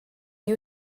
you